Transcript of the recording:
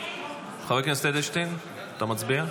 חבר הכנסת אדלשטיין, אתה מצביע?